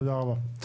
תודה רבה.